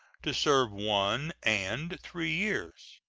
to serve one and three years